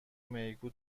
میگو